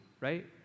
right